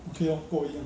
okay lor 跟我一样